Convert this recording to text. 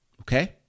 Okay